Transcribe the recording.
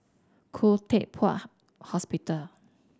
Khoo Teck Puat Hospital